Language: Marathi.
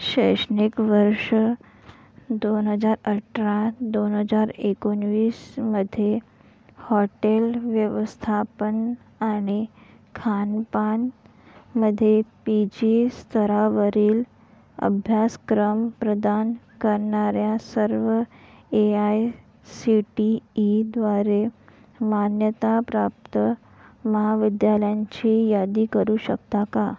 शैक्षणिक वर्ष दोन हजार अठरा दोन हजार एकोणावीसमध्ये हॉटेल व्यवस्थापन आणि खानपानमध्ये पी जी स्तरावरील अभ्यासक्रम प्रदान करणाऱ्या सर्व ए आय सी टी ईद्वारे मान्यताप्राप्त महाविद्यालयांची यादी करू शकता का